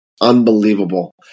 unbelievable